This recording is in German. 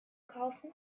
kaufen